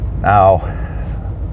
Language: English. Now